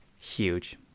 Huge